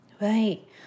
Right